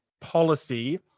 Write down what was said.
policy